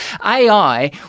AI